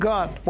God